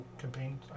campaign